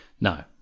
No